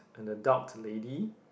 an adult lady